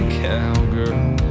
cowgirl